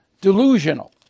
delusional